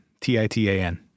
T-I-T-A-N